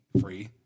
free